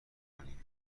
کنیم